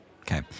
Okay